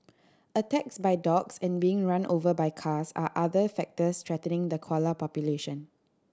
attacks by dogs and being run over by cars are other factors threatening the koala population